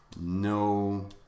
No